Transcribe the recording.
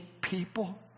people